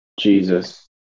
Jesus